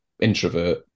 introvert